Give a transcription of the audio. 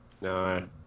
No